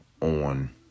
on